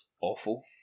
awful